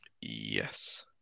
Yes